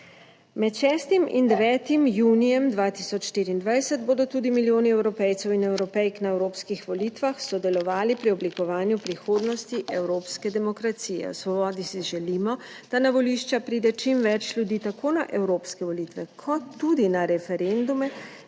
Med 6. in 9. junijem 2024 bodo tudi milijoni Evropejcev in Evropejk na evropskih volitvah sodelovali pri oblikovanju prihodnosti evropske demokracije. **53. TRAK: (TB) - 14.10** (nadaljevanje) V Svobodi si želimo, da na volišča pride čim več ljudi, tako na evropske volitve kot tudi na referendume,